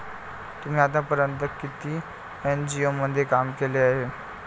तुम्ही आतापर्यंत किती एन.जी.ओ मध्ये काम केले आहे?